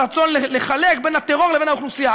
ברצון לחלק בין הטרור לבין האוכלוסייה.